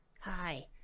Hi